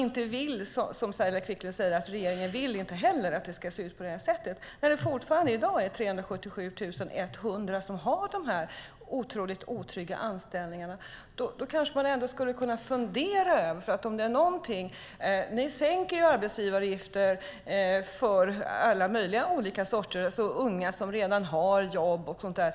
Saila Quicklund säger att regeringen inte heller vill att det ska se ut på det sättet. Fortfarande är det 377 100 som har de här otrygga anställningarna. Ni sänker arbetsgivaravgiften för alla möjliga, som unga som redan har jobb och så vidare.